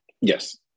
Yes